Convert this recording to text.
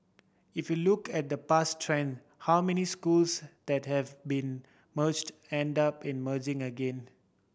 if you look at the past trend how many schools that have been merged end up emerging again